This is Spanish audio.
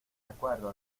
acuerdo